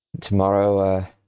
Tomorrow